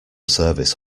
service